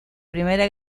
primera